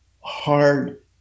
hard